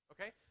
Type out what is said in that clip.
Okay